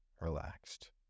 relaxed